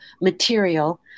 material